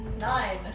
Nine